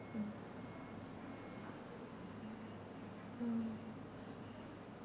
mm mm